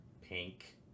pink